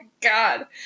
God